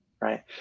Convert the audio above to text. right